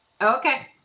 Okay